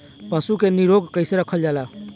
पशु के निरोग कईसे रखल जाला?